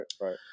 right